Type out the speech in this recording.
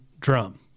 drum